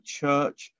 church